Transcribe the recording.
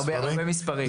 הרבה מספרים.